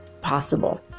possible